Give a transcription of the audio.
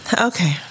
okay